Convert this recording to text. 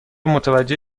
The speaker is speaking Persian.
متوجه